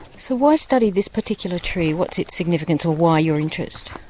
so why study this particular tree, what's its significance, or why your interest?